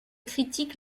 critiques